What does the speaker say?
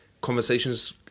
conversations